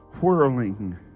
whirling